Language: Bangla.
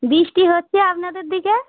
বৃষ্টি হচ্ছে আপনাদের দিকে